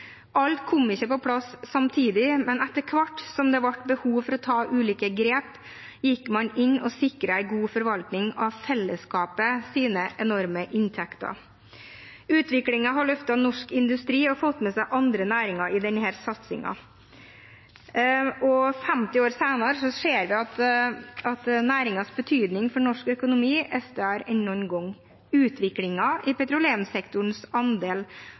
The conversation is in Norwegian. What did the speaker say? Alt kom ikke på plass samtidig, men etter hvert som det ble behov for å ta ulike grep, gikk man inn og sikret en god forvaltning av fellesskapets enorme inntekter. Utviklingen har løftet norsk industri og fått med seg andre næringer i denne satsingen. 50 år senere ser vi at næringens betydning for norsk økonomi er større enn noen gang. Utviklingen i petroleumssektorens andel